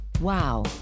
Wow